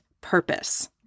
purpose